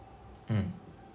mm